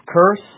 curse